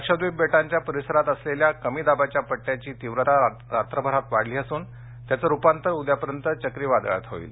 लक्षद्वीप बेटांच्या परिसरात असलेल्या कमीदाबाच्या पट्ट्याची तीव्रता रात्रभरात वाढली असून त्याचं रुपांतर उद्यापर्यंत चक्रीवादळात होईल